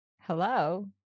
Hello